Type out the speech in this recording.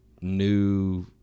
new